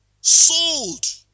Sold